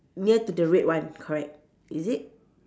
near to the red one correct is it